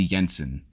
Jensen